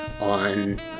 on